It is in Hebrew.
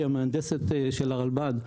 שהיא המהנדסת של הרלב"ד,